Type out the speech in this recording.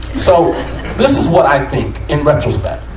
so, this is what i think in retrospect.